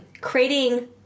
creating